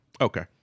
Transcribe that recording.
okay